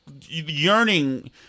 yearning